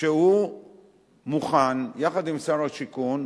שהוא מוכן, יחד עם שר השיכון,